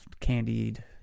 Candied